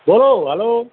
બોલો હલ્લો